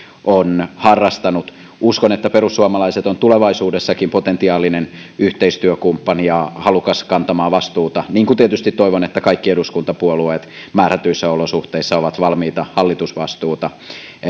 on harrastanut uskon että perussuomalaiset on tulevaisuudessakin potentiaalinen yhteistyökumppani ja halukas kantamaan vastuuta niin kuin tietysti toivon että kaikki eduskuntapuolueet määrätyissä olosuhteissa ovat valmiita hallitusvastuuta